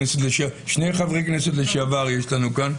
שני חברי כנסת לשעבר יש לנו כאן.